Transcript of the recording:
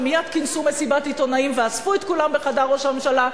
ומייד כינסו מסיבת עיתונאים ואספו את כולם בחדר ראש הממשלה,